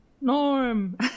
Norm